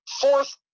fourth